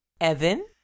Evan